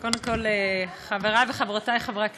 חברי וחברותי חברי הכנסת,